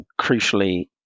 crucially